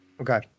Okay